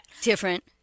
Different